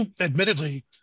admittedly